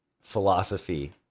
philosophy